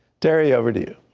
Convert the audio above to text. terry, over to you.